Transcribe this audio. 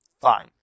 fine